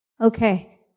okay